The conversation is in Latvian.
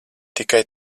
tikai